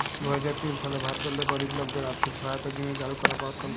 দু হাজার তিল সালে ভারতেল্লে গরিব লকদের আথ্থিক সহায়তার জ্যনহে চালু করা পরকল্প